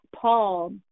Paul